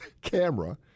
camera